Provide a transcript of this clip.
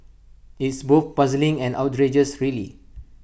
it's both puzzling and outrageous really